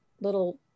little